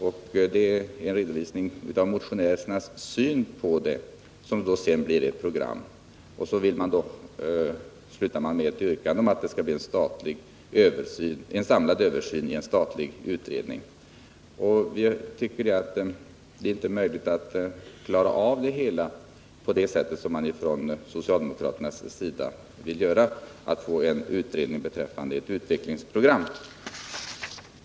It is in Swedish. Det är fråga om en redovisning av motionärernas syn på frågan, som sedan blir ett program. Sedan avslutas det hela med ett yrkande om att det skall bli en samlad översyn i en statlig utredning. Utskottsmajoriteten tycker inte att man kan klara av problemen som socialdemokraterna önskar, dvs. genom att tillsätta en utredning beträffande ett utvecklingsprogram.